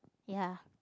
ya